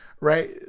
right